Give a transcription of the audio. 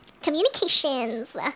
communications